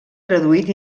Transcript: traduït